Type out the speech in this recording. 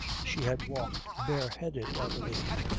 she had walked bareheaded, i believe,